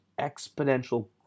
exponential